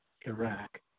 Iraq